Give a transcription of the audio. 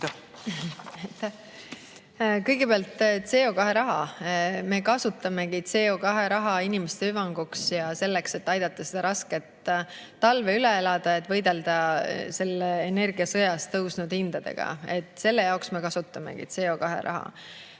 Kõigepealt, CO2-raha. Me kasutamegi CO2-raha inimeste hüvanguks ja selleks, et aidata see raske talv üle elada ja võidelda selles energiasõjas tõusnud hindadega. Selle jaoks me kasutamegi CO2-raha.